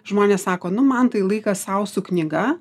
žmonės sako nu man tai laikas sau su knyga